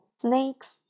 Snakes